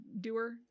doer